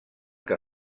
que